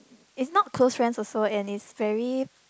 is not close friend and is very